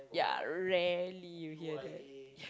yeah rarely you hear that